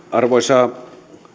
arvoisa